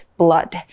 blood